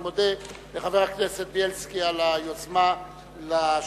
אני מודה לחבר הכנסת בילסקי על היוזמה לשאילתא.